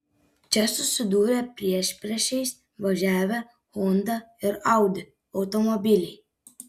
čia susidūrė priešpriešiais važiavę honda ir audi automobiliai